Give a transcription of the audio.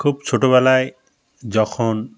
খুব ছোটোবেলায় যখন